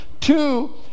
Two